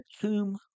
tomb